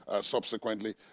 subsequently